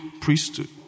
priesthood